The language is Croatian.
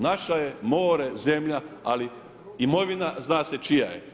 Naše je more, zemlja ali imovina zna se čija je.